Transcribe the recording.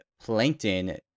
Plankton